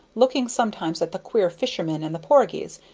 looking sometimes at the queer fisherman and the porgies,